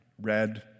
red